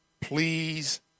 please